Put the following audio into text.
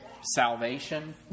salvation